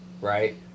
right